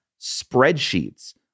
spreadsheets